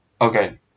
Okay